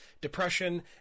depression